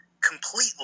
completely